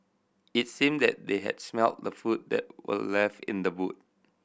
it seemed that they had smelt the food that were left in the boot